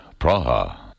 Praha